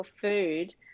food